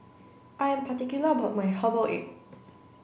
I'm particular about my herbal egg